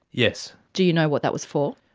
yes. do you know what that was for?